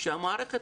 שהמערכת